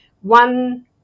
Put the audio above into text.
one